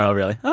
um really? ok.